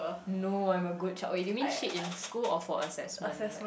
no I'm a good child you mean cheat in school or for assessment like